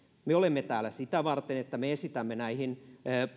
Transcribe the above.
me olemme täällä sitä varten että me esitämme näihin